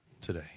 today